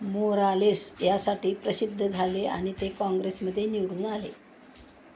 Morales यासाठी प्रसिद्ध झाले आणि ते काँग्रेसमध्ये निवडून आले